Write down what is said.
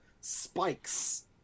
spikes